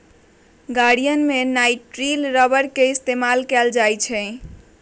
गड़ीयन में nitrile rubber के इस्तेमाल कइल जा हई